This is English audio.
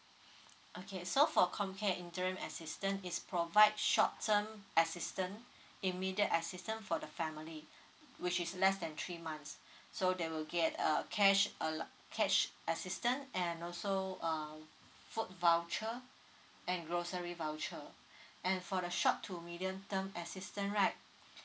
okay so for com care interim assistant is provide short term assistant immediate assistant for the family which is less than three months so they will get err cash allo~ cash assistant and also uh food voucher and grocery voucher and for the short to medium term assistant right